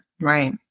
right